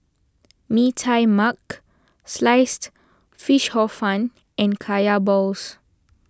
Mee Tai Mak Sliced Fish Hor Fun and Kaya Balls